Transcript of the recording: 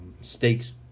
stakes